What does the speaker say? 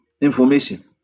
information